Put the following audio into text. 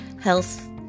Health